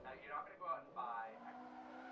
ah you're not going to go out and buy x-ray,